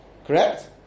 Correct